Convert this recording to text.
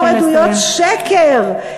למסור עדויות שקר.